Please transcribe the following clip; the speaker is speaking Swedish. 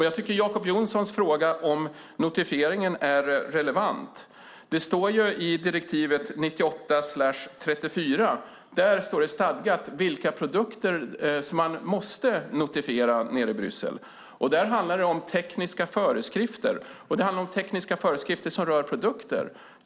Jag tycker att Jacob Johnsons fråga om notifieringen är relevant. I direktivet 98/34 är stadgat vilka produkter som måste notifieras i Bryssel. Det handlar om tekniska föreskrifter som rör produkter.